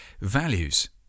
values